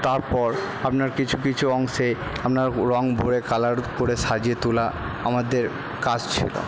তারপর আপনার কিছু কিছু অংশে আপনার রঙ ভরে কালার করে সাজিয়ে তোলা আমাদের কাজ ছিলো